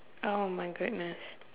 oh my goodness